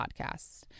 podcasts